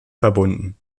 verbunden